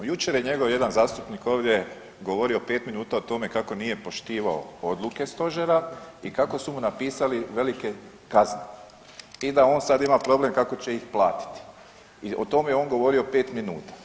Jučer je njegov jedan zastupnik ovdje govorio 5 minuta o tome kako nije poštivao odluke stožera i kako su mu napisali velike kazne i da on sad ima problem kako će ih platiti i o tome je on govorio 5 minuta.